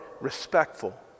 respectful